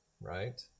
right